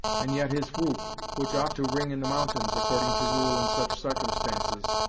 and yet his whoop, which ought to ring in the mountains, accordin' to rule in such sarcumstances,